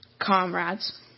comrades